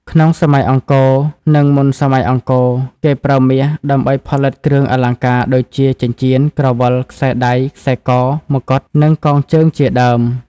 ក្នុងសម័យអង្គរនឹងមុនសម័យអង្គរ គេប្រើមាសដើម្បីផលិតគ្រឿងអលង្ការដូចជាចិញ្ចៀន ក្រវិល ខ្សែដៃ ខ្សែក ម្កុដ និងកងជើងជាដើម។